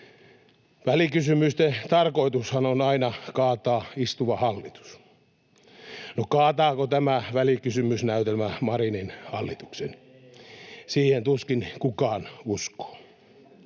Välikysymysten tarkoitushan on aina kaataa istuva hallitus. No kaataako tämä välikysymysnäytelmä Marinin hallituksen? [Antti Lindtman: